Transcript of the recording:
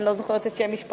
שאני לא זוכרת את שם משפחתו.